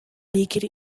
liquid